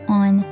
on